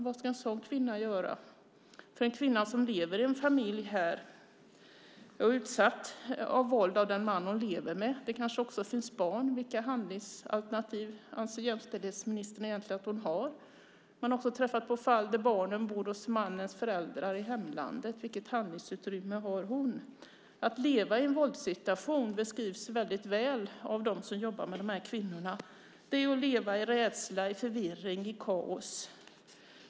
Vad ska en sådan kvinna göra? Vilka handlingsalternativ anser jämställdhetsministern egentligen att en kvinna har som lever i en familj här, kanske med barn, och är utsatt för våld av den man hon lever med? Man har också träffat på fall där barnen bor hos mannens föräldrar i hemlandet. Vilket handlingsutrymme har kvinnan då? Hur det är att leva i en våldssituation beskrivs väldigt väl av dem som jobbar med de här kvinnorna. Det är att leva i rädsla, i förvirring, i kaos.